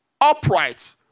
upright